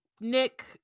nick